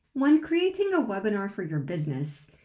when creating a webinar for your business,